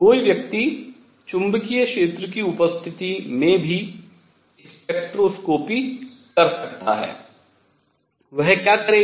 कोई व्यक्ति चुंबकीय क्षेत्र की उपस्थिति में भी स्पेक्ट्रोस्कोपी कर सकता है वह क्या करेगा